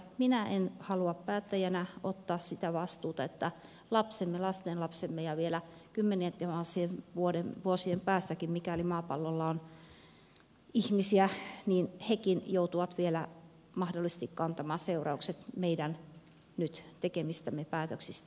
minä en halua päättäjänä ottaa sitä vastuuta että lapsemme lastenlapsemme ja vielä kymmenientuhansien vuosien päästäkin mikäli maapallolla on ihmisiä hekin joutuvat mahdollisesti kantamaan seuraukset meidän nyt tekemistämme päätöksistä